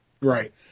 Right